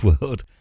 world